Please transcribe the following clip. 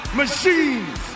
machines